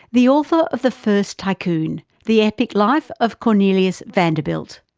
the author of the first tycoon the epic life of cornelius vanderbilt.